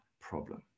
problem